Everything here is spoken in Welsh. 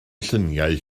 lluniau